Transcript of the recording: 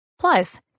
plus